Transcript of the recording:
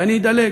ואני אדלג,